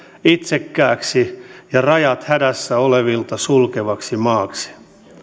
itsekkääksi ja rajat hädässä olevilta sulkevaksi maaksi